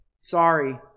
Sorry